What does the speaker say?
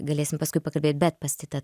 galėsim paskui pakalbėti bet pas titą